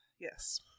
yes